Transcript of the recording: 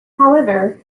however